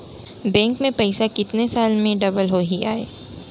Bank में पइसा कितने साल में डबल होही आय?